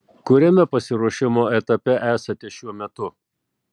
kuriame pasiruošimo etape esate šiuo metu